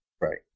Right